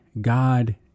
God